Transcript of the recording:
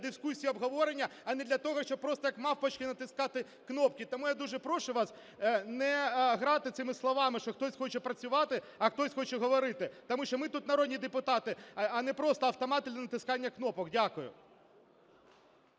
дискусії, обговорення, а не для того, щоб просто, як мавпочки, натискати кнопки. Тому я дуже прошу вас не грати цими словами, що хтось хоче працювати, а хтось хоче говорити. Тому що ми тут – народні депутати, а не просто автомати для натискання кнопок. Дякую.